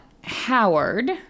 Howard